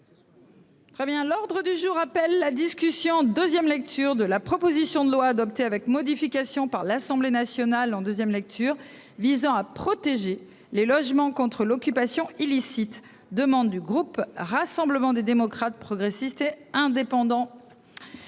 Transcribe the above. Très bien. L'ordre du jour appelle la discussion en 2ème lecture de la proposition de loi adoptée avec modifications par l'Assemblée nationale en 2ème lecture visant à protéger les logements contre l'occupation illicite demande du groupe Rassemblement des démocrates, progressistes et indépendants.